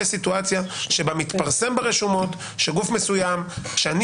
סיטואציה שבה מתפרסם ברשומות שגוף מסוים שאני